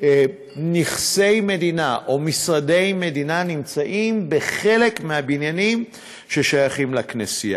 נכסי מדינה ומשרדי מדינה נמצאים בחלק מהבניינים ששייכים לכנסייה.